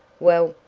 well,